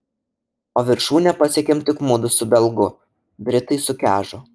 o viršūnę pasiekėm tik mudu su belgu britai sukežo